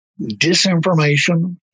disinformation